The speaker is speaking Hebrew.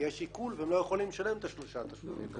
כי יש עיקול והם לא יכולים לשלם את השלושה תשלומים.